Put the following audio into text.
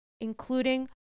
including